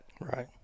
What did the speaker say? Right